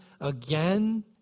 again